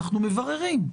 אנחנו מבררים".